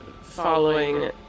following